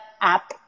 app